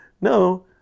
No